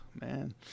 man